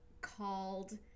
called